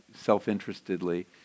self-interestedly